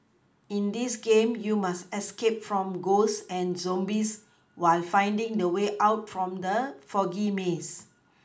in this game you must escape from ghosts and zombies while finding the way out from the foggy maze